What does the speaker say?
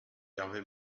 hervé